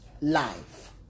life